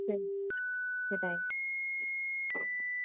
சரி சரி தேங்க்ஸ்